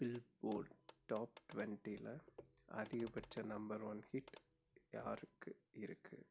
billboard top ட்வெண்டியில அதிகபட்ச number one hit யாருக்கு இருக்கு